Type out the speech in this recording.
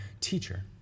Teacher